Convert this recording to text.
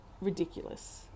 ridiculous